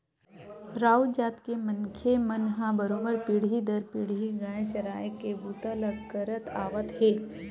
राउत जात के मनखे मन ह बरोबर पीढ़ी दर पीढ़ी गाय चराए के बूता ल करत आवत हे